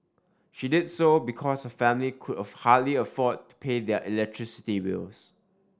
she did so because her family could hardly afford pay their electricity bills